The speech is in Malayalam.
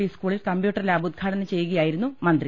പി സ്കൂളിൽ കമ്പ്യൂട്ടർ ലാബ് ഉദ്ഘാടനം ചെയ്യുകയായിരുന്നു മന്ത്രി